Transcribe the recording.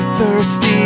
Thirsty